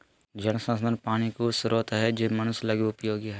जल संसाधन पानी के उ स्रोत हइ जे मनुष्य लगी उपयोगी हइ